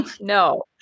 No